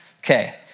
Okay